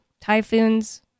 typhoons